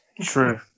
True